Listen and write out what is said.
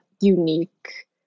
unique